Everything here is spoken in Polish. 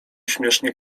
śmiesznie